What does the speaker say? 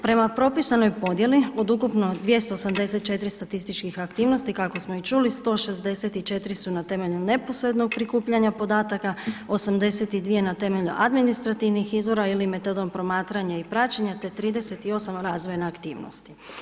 Prema propisanoj podjeli, od ukupno 284 statističkih aktivnosti, kako smo ih čuli, 164 su na temelju neposrednog prikupljanja podataka, 82 na temelju administrativnih izvora ili metodom promatranja i praćenja, te 38 razvojne aktivnosti.